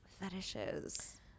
Fetishes